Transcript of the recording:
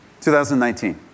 2019